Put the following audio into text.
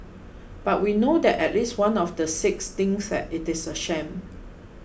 but we know that at least one of the six thinks that it is a sham